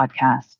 podcast